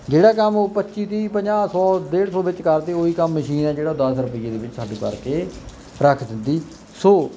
ਜਿਹੜਾ ਕੰਮ ਉਹ ਪੱਚੀ ਤੀਹ ਪੰਜਾਹ ਸੌ ਡੇਢ ਸੌ ਵਿੱਚ ਕਰਦੇ ਉਹ ਹੀ ਕੰਮ ਮਸ਼ੀਨ ਹੈ ਜਿਹੜਾ ਦਸ ਰੁਪਈਏ ਦੇ ਵਿੱਚ ਸਾਨੂੰ ਕਰਕੇ ਰੱਖ ਦਿੰਦੀ ਸੋ